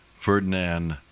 Ferdinand